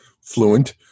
fluent